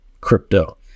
crypto